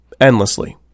endlessly